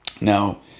Now